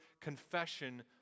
confession